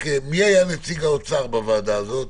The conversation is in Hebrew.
מי היה נציג האוצר בוועדה הזאת?